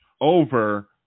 over